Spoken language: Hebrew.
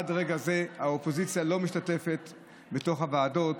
עד רגע זה האופוזיציה לא משתתפת בתוך הוועדות,